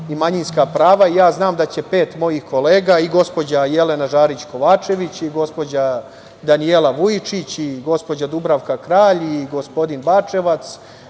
manjinska prava i ja znam da će pet mojih kolega i gospođa Jelena Žarić Kovačević, i gospođa Danijela Vujičić i gospođa Dubravka Kralj, i gospodin Bačevac,